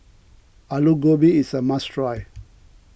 Alu Gobi is a must try